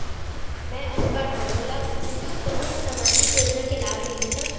मैं अनपढ़ हाव मोला कुछ कहूं सामाजिक योजना के लाभ मिलही का?